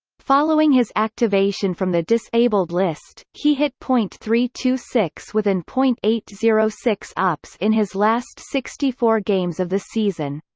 following his activation from the disabled list, he hit point three two six with an point eight zero six ops in his last sixty four games of the season.